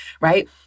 right